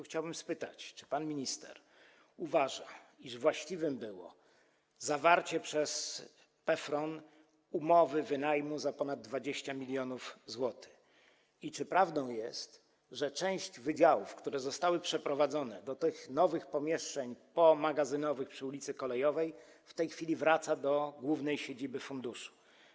Chciałbym zapytać, czy pan minister uważa, iż właściwe było zawarcie przez PFRON umowy wynajmu za ponad 20 mln zł i czy prawdą jest, że część wydziałów, które zostały przeniesione do tych nowych pomieszczeń pomagazynowych przy ul. Kolejowej, w tej chwili wraca do głównej siedziby funduszu.